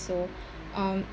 so um